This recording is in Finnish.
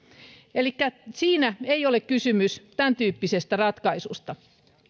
elikkä siinä ei ole kysymys tämäntyyppisestä ratkaisusta